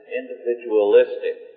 individualistic